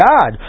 God